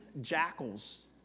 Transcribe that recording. jackals